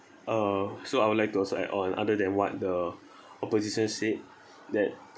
uh so I would also like to add on other than what the opposition said that